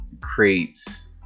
creates